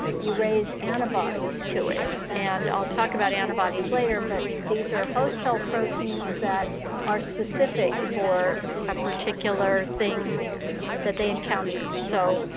you raise antibodies to it. and i'll talk about antibodies later. but these are host cell proteins that are specific for a particular thing that they encounter. so